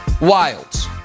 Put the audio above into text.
Wilds